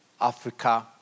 Africa